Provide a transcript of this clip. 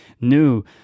new